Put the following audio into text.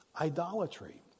idolatry